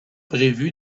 prévu